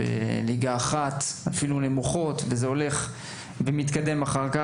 התופעה מתחילה בליגות הנמוכות והיא ממשיכה ומתקדמת לליגות הגבוהות.